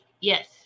yes